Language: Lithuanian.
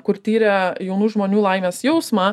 kur tyrė jaunų žmonių laimės jausmą